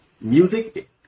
music